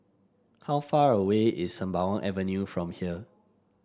how far away is Sembawang Avenue from here